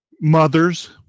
mothers